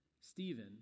Stephen